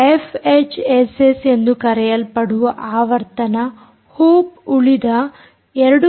FHSS ಎಂದು ಕರೆಯಲ್ಪಡುವ ಆವರ್ತನ ಹೊಪ್ ಉಳಿದ 2